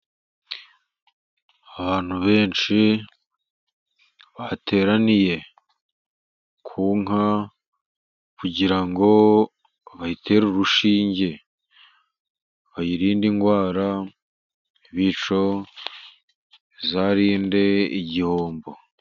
Abantu benshi bateraniye ku nka, kugira ngo bayitere urushinge, bayirinde indwara, bityo bizarinde igihombo.